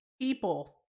people